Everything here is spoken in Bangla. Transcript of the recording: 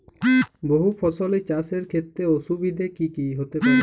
বহু ফসলী চাষ এর ক্ষেত্রে অসুবিধে কী কী হতে পারে?